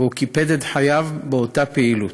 הוא קיפד את חייו באותה פעילות.